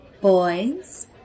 Boys